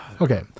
okay